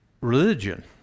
religion